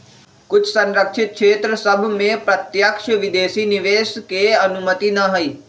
कुछ सँरक्षित क्षेत्र सभ में प्रत्यक्ष विदेशी निवेश के अनुमति न हइ